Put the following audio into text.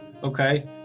okay